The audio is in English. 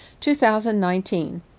2019